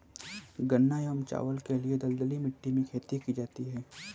गन्ना एवं चावल के लिए दलदली मिट्टी में खेती की जाती है